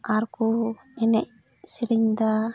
ᱟᱨ ᱠᱚ ᱮᱱᱮᱡ ᱥᱮᱨᱮᱧ ᱮᱫᱟ